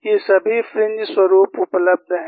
ये सभी फ्रिंज स्वरुप उपलब्ध हैं